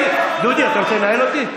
דודי, אתה רוצה לנהל אותי?